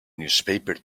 newspaper